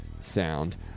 sound